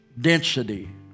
density